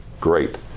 great